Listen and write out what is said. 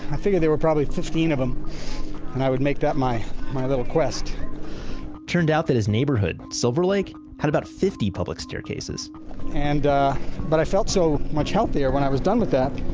i figured there were probably fifteen of them and i would make that my my little quest turned out that his neighborhood, silver lake, had about fifty public staircases and but i felt so much healthier when i was done with that,